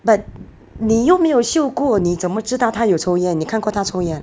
but 你又没有嗅过你怎么知道他有抽烟你看过他抽烟